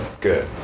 good